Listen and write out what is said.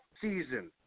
season